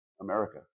America